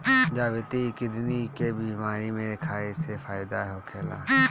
जावित्री किडनी के बेमारी में खाए से फायदा होखेला